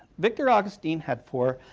victor ah agustin had four